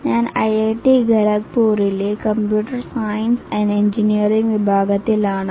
ഞാൻ ഐഐടി ഖരഗ്പൂരിലെ computer science and engineering വിഭാഗത്തിൽ ആണ്